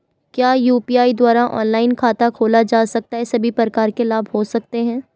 क्या यु.पी.आई द्वारा ऑनलाइन खाता खोला जा सकता है सभी प्रकार के लाभ ले सकते हैं?